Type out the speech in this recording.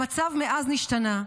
המצב מאז נשתנה.